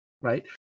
right